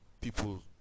people